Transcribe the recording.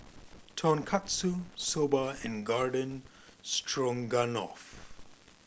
Tonkatsu Soba and Garden Stroganoff